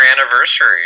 anniversary